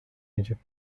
egypt